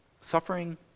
Suffering